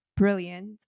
brilliant